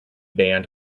band